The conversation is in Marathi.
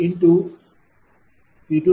37190